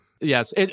Yes